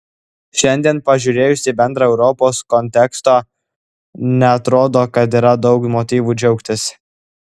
šiandien pažiūrėjus į bendrą europos kontekstą neatrodo kad yra daug motyvų džiaugtis